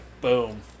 boom